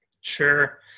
sure